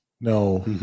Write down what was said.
No